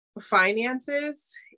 finances